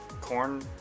corn